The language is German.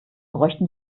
bräuchten